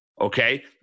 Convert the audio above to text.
okay